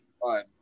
fine